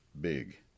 big